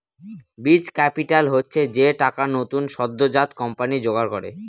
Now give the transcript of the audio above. বীজ ক্যাপিটাল হচ্ছে যে টাকা নতুন সদ্যোজাত কোম্পানি জোগাড় করে